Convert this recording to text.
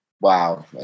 Wow